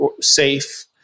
safe